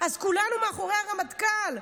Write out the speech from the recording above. אז כולנו מאחורי הרמטכ"ל,